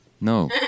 no